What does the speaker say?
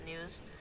news